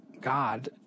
God